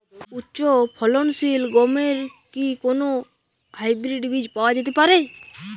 উচ্চ ফলনশীল গমের কি কোন হাইব্রীড বীজ পাওয়া যেতে পারে?